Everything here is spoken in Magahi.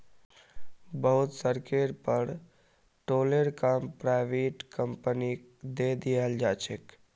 बहुत सड़केर पर टोलेर काम पराइविट कंपनिक दे दियाल जा छे